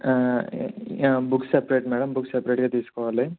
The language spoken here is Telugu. బుక్స్ సెపరేట్ మేడం బుక్స్ సపరేట్గా తీసుకోవాలి